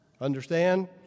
Understand